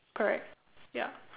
correct ya